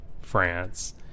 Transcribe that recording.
France